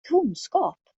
kunskap